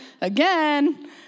again